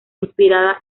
inspirada